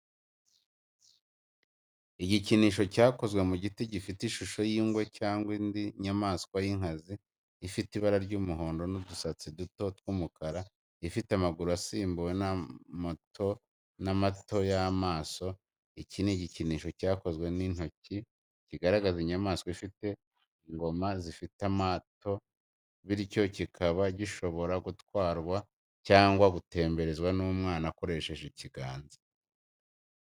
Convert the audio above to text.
Igikinisho cyakozwe mu giti gifite ishusho y’ingwe cyangwa indi nyamaswa y’inkazi ifite ibara ry’umuhondo n’udusatsi duto tw’umukara ifite amaguru asimbuwe n’amato n’amato y’amaso. Iki ni igikinisho cyakozwe n’intoki kigaragaza inyamaswa ifite ingoma zifite amato bityo kikaba gishobora gutwarwa cyangwa gutemberezwa n’umwana akoresheje ikiganza.